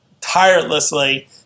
tirelessly